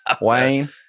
Wayne